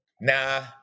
Nah